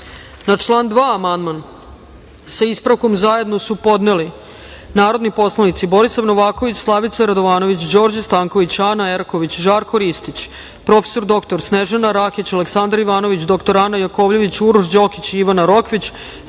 član 5. amandman su zajedno podneli narodni poslanici Borislav Novaković, Slavica Radovanović, Đorđe Stanković, Ana Eraković, Žarko Ristić, prof. dr Snežana Rakić, Aleksandar Ivanović, dr Ana Jakovljević, Uroš Đokić i Ivana